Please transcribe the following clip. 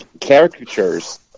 Caricatures